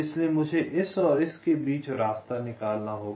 इसलिए मुझे इस और इसके बीच का रास्ता निकालना होगा